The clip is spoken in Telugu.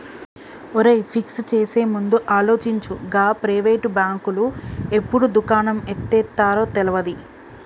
ఒరేయ్, ఫిక్స్ చేసేముందు ఆలోచించు, గా ప్రైవేటు బాంకులు ఎప్పుడు దుకాణం ఎత్తేత్తరో తెల్వది